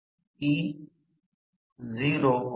आता हे व्युत्पन्न नंतरचे आहे